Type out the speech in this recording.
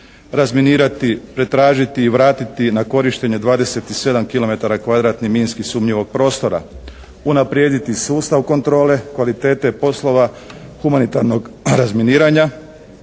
Razminirati, pretražiti i vratiti na korištenje 27 kilometara kvadratnih minski sumnjivog prostora, unaprijediti sustav kontrole, kvalitete poslova humanitarnog razminiranja,